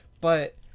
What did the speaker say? but-